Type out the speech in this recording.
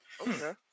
Okay